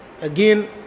Again